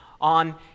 on